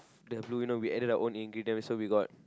the blue you know we added our own ingredients so we got